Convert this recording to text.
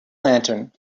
lantern